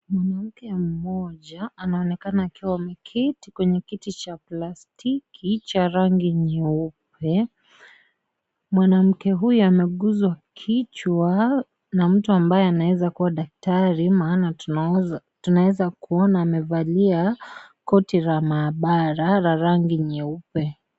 Mwanamke mmoja, anaonekana akiwa ameketi kwenye kiti cha plastiki cha rangi nyeupe. Mwanamke huyo, ameguzwa kichwa na mtu ambaye anaweza kuwa daktari, maana tunaweza kuona amevalia koti la maabara la rangi nyeupe.